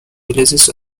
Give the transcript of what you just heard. villages